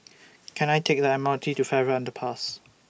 Can I Take The M R T to Farrer Underpass